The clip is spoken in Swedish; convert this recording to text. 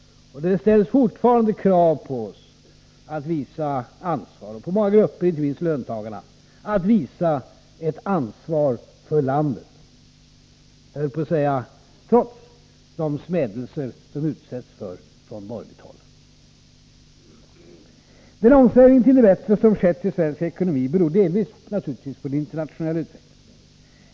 Det ställs fortfarande krav på många grupper, inte minst löntagarna, att visa ett ansvar för landet — jag höll på att säga trots de smädelser de utsätts för från borgerligt håll. Den omsvängning till det bättre som skett i svensk ekonomi beror delvis på den internationella utvecklingen.